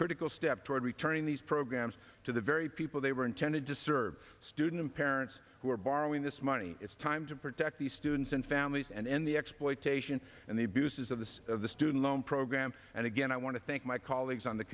critical step toward returning these programs to the very people they were intended to serve student parents who are borrowing this money it's time to protect these students and families and end the exploitation and the abuses of this of the student loan program and again i want to thank my colleagues on the